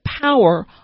power